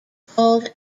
called